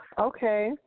Okay